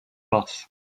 bus